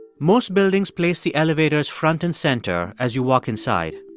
most buildings place the elevators front and center as you walk inside.